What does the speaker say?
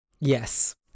Yes